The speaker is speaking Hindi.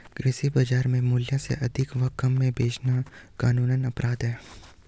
कृषि बाजार मूल्य से अधिक व कम में बेचना कानूनन अपराध है